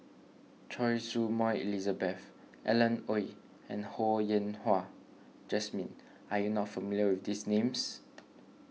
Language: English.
Choy Su Moi Elizabeth Alan Oei and Ho Yen Wah Jesmine are you not familiar with these names